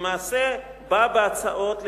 למעשה בא בהצעות לפלסטינים,